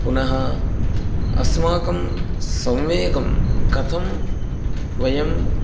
पुनः अस्माकं संवेगं कथं वयम्